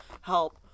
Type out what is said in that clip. help